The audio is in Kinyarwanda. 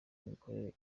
imikorere